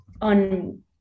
on